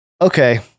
Okay